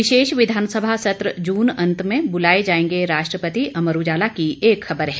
विशेष विधानसभा सत्र जून अंत में बुलाए जाएंगे राष्ट्रपति शीर्षक अमर उजाला की एक खबर है